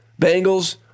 Bengals